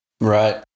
Right